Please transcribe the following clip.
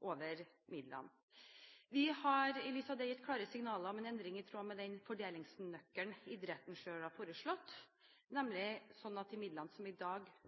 over midlene. Vi har i lys av det gitt klare signaler om en endring i tråd med den fordelingsnøkkelen idretten selv har foreslått, nemlig at de midlene som i dag